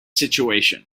situation